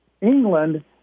England